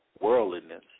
worldliness